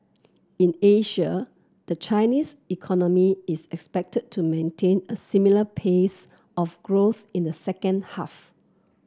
in Asia the Chinese economy is expected to maintain a similar pace of growth in the second half